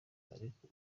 ariko